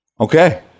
Okay